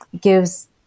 gives